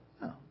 No